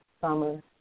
summer